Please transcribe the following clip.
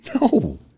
No